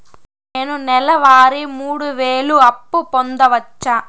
నేను నెల వారి మూడు వేలు అప్పు పొందవచ్చా?